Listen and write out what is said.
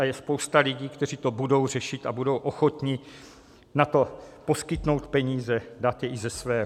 Je spousta lidí, kteří to budou řešit a budou ochotni na to poskytnout peníze, dát je i ze svého.